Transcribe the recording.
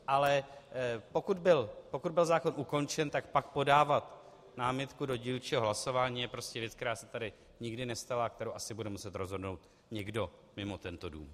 Ale pokud byl zákon ukončen, tak pak podávat námitku do dílčího hlasování je prostě věc, která se tady nikdy nestala a kterou asi bude muset rozhodnout někdo mimo tento dům.